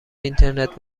اینترنت